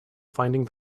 finding